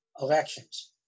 elections